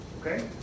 Okay